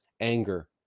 anger